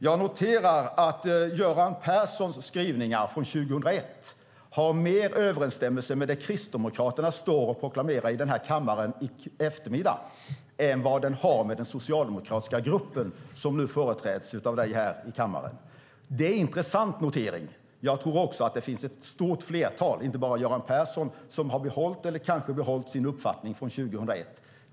Jag noterar att Göran Perssons skrivningar från 2001 har mer överensstämmelse med det Kristdemokraterna står och proklamerar i denna kammare i eftermiddag än med den socialdemokratiska grupp som nu företräds av dig här i kammaren. Det är en intressant notering. Jag tror också att det finns ett stort flertal - inte bara Göran Persson - som har behållit sin uppfattning från 2001.